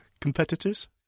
competitors